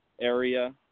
area